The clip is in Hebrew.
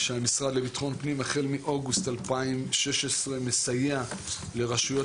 שהמשרד לביטחון פנים החל מאוגוסט 2016 מסייע לרשויות